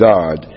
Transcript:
God